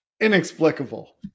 inexplicable